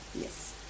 Yes